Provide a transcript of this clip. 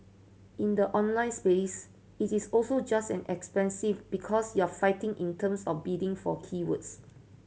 in the online space it is also just as expensive because you're fighting in terms of bidding for keywords